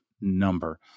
number